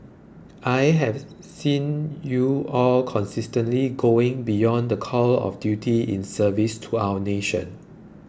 I have seen you all consistently going beyond the call of duty in service to our nation